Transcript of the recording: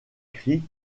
cris